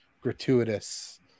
gratuitous